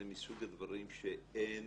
זה מסוג הדברים שאין